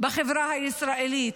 בחברה הישראלית,